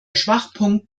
schwachpunkt